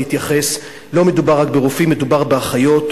להתייחס: לא מדובר רק ברופאים אלא גם באחיות,